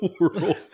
world